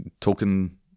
token